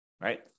Right